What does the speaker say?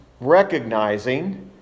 recognizing